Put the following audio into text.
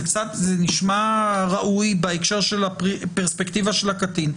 זה נשמע ראוי בהקשר של הפרספקטיבה של הקטין,